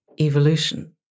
evolution